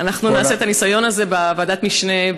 אנחנו נעשה את הניסיון הזה בוועדת משנה,